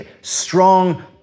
strong